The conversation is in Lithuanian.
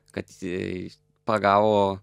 kad jei pagavo